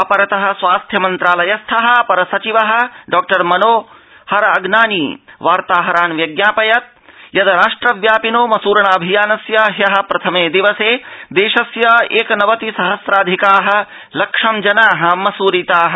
अपरतः स्वास्थ्य मन्त्रालय स्थः अपर सचिवः डा मनोहर अग्नानी वार्ताहरान् व्याज्ञापयत् यद् राष्ट्र व्यापिनो मसूरणाऽभियानस्य ह्यः प्रथमे दिवसे देशस्य एक नवति सहस्राधिकाः लक्षनं जनाः मसूरिताः